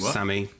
Sammy